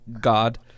God